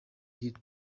hill